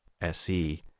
SE